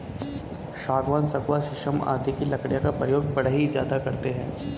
सागवान, सखुआ शीशम आदि की लकड़ियों का प्रयोग बढ़ई ज्यादा करते हैं